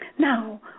Now